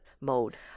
mode